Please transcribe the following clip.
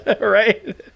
right